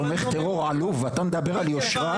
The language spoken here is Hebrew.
תומך טרור עלוב, אתה מדבר על יושרה?